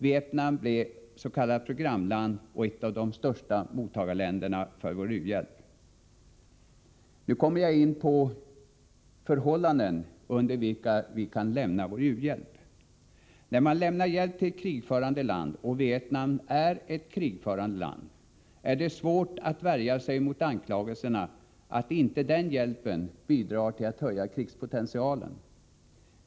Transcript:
Vietnam blev s.k. programland och ett av de största mottagarländerna för vår u-hjälp. Jag kommer nu in på frågan om under vilka förhållanden vi kan lämna vår u-hjälp. När man lämnar hjälp till ett krigförande land — och Vietnam är ett krigförande land — är det svårt att värja sig mot anklagelserna att den hjälpen bidrar till att höja krigspotentialen.